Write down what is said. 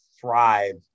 thrive